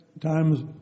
times